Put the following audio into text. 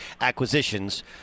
acquisitions